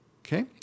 okay